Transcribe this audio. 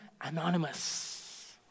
anonymous